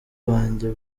banjye